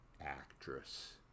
actress